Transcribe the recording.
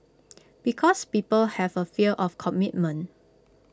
because people have A fear of commitment